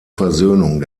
versöhnung